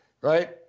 right